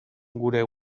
gure